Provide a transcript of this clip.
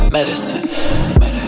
Medicine